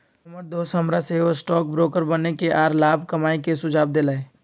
हमर दोस हमरा सेहो स्टॉक ब्रोकर बनेके आऽ लाभ कमाय के सुझाव देलइ